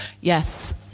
yes